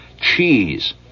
cheese